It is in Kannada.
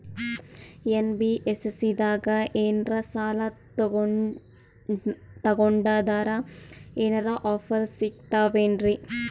ಎನ್.ಬಿ.ಎಫ್.ಸಿ ದಾಗ ಏನ್ರ ಸಾಲ ತೊಗೊಂಡ್ನಂದರ ಏನರ ಆಫರ್ ಸಿಗ್ತಾವೇನ್ರಿ?